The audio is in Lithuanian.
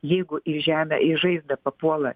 jeigu į žemę į žaizdą papuola